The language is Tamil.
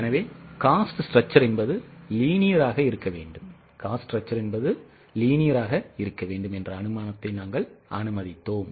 எனவே cost structure என்பது linear ஆக இருக்க வேண்டும் என்ற அனுமானத்தை நாங்கள் அனுமதித்தோம்